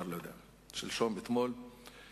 המשיך הלאה והשליך את הנעל השנייה בהמשך הדרך.